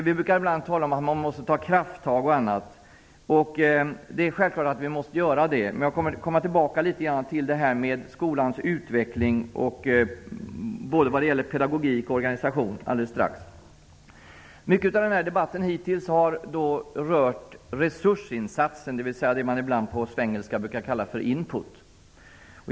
Vi brukar ibland tala om att ta krafttag. Det är självklart att vi måste göra så. Men jag kommer tillbaka till frågan om skolans utveckling i fråga om pedagogik och organisation alldeles strax. En stor del av debatten har hittills rört resursinsatsen, det man ibland på svengelska kallar för ''input''.